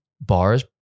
Bars